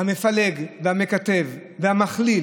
המפלג והמקטב והמכליל